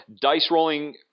dice-rolling